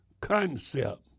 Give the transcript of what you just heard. concept